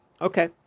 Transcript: Okay